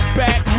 back